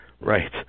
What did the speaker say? Right